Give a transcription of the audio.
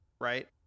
Right